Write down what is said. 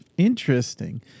Interesting